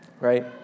Right